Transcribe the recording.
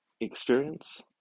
experience